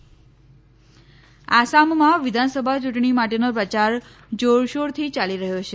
આસામ આસામમાં વિધાનસભા ચૂંટણી માટેનો પ્રચાર જોરશોરથી ચાલી રહ્યો છે